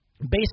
based